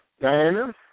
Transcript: Diana